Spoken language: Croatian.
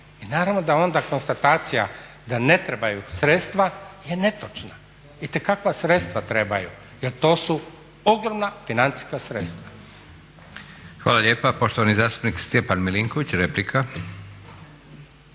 I naravno da onda konstatacija da ne trebaju sredstva je netočna. Itekakva sredstva trebaju jel to su ogromna financijska sredstva. **Leko, Josip (SDP)** Hvala lijepa. Poštovani zastupnik Stjepan Milinković, replika.